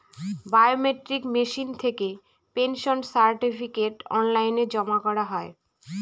biometric machine থেকে pension certificate online জমা করা হয়